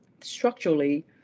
structurally